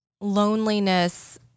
loneliness